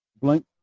Blank